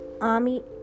ami